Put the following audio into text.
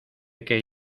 que